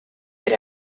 ere